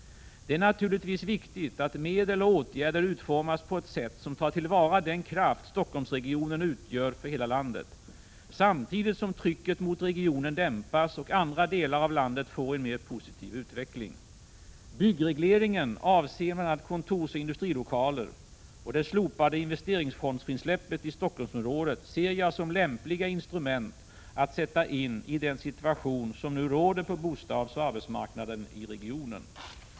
Det är naturligtvis viktigt att medel och åtgärder utformas på ett sätt som tar till vara den kraft Stockholmsregionen utgör för hela landet, samtidigt som trycket mot regionen dämpas och andra delar av landet får en mer positiv utveckling. Byggregleringen avseende bl.a. kontorsoch industrilokaler och det slopande investeringsfondsfrisläppet i Stockholmsområdet ser jag som lämpliga instrument att sätta in i den situation som nu råder på bostadsoch arbetsmarknaden i regionen.